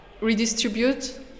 redistribute